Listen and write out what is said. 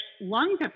lung